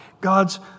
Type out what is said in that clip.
God's